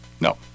No